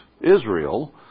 Israel